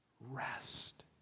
rest